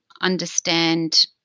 understand